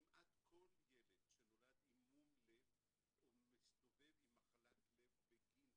כמעט כל ילד שנולד עם מום לב או מסתובב עם מחלת לב בגין